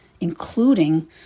including